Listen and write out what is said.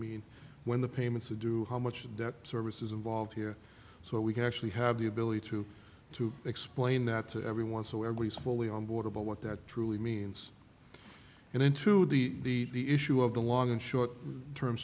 mean when the payments are do how much debt service is involved here so we can actually have the ability to to explain that to everyone so everybody's fully on board about what that truly means and into the issue of the long and short term